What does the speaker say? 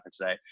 today